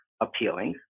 appealing